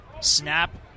Snap